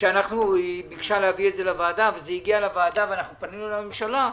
שפנו לוועדה ואנחנו פנינו לממשלה,